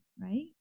right